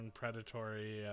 predatory